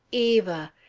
eva!